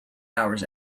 hours